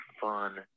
fun